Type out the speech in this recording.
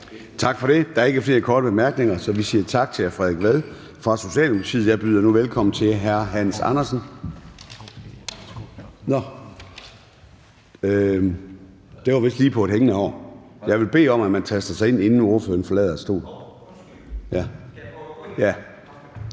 Tak for det. Der er ikke flere korte bemærkninger, så vi siger tak til hr. Frederik Vad fra Socialdemokratiet. Jeg byder nu velkommen til hr. Hans Andersen. Nå, det var vist lige på et hængende hår. Jeg vil bede om, at man taster sig ind, inden ordføreren forlader stolen.